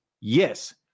yes